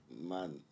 Man